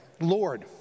Lord